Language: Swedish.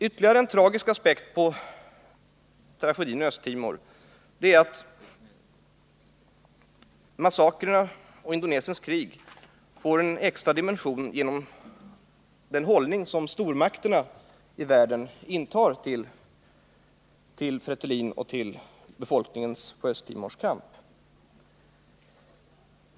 Ytterligare en aspekt på tragedin i Östtimor är att massakrerna och Indonesiens krig får en extra dimension genom den hållning som stormakterna i världen intar till Fretilin och den kamp som befolkningen på Östtimor för.